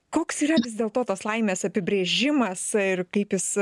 koks yra dėl to tos laimės apibrėžimas ir kaip jis